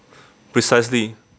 precisely